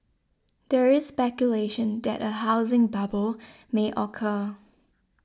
there is speculation that a housing bubble may occur